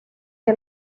que